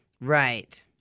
Right